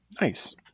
Nice